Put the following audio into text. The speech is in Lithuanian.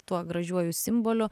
tuo gražiuoju simboliu